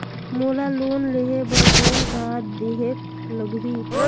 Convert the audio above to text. मोला लोन लेहे बर कौन का देहेक लगही?